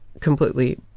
completely